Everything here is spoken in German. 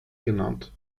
genannt